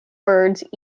birds